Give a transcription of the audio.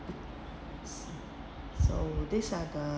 so these are the